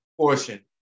portion